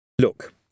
Look